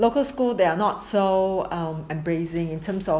local school they are not that embracing in terms of